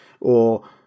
or—